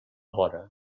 vora